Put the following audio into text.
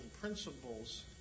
principles